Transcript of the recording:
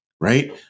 right